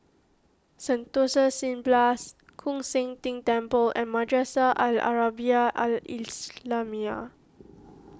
Sentosa Cineblast Koon Seng Ting Temple and Madrasah Al Arabiah Al Islamiah